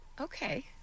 Okay